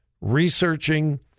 researching